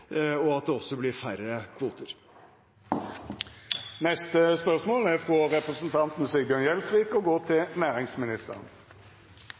og det også blir færre kvoter.